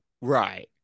Right